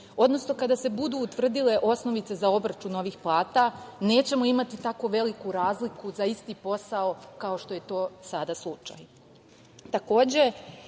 Odnosno, kada se budu utvrdile osnovice za obračun ovih plata, nećemo imati tako veliku razliku za isti posao, kao što je to sada